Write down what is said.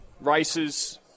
races